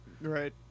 right